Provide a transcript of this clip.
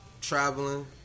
traveling